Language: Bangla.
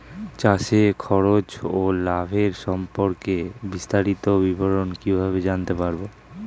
চাষে খরচ ও লাভের সম্পর্কে বিস্তারিত বিবরণ কিভাবে জানতে পারব?